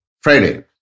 Friday